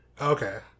Okay